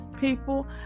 people